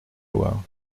loire